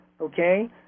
Okay